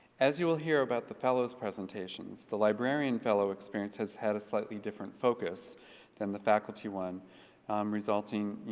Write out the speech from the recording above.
as you will hear about the fellows presentations, the librarian fellow experience have had a slightly different focus than the faculty one resulting, you